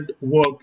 work